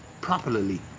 properly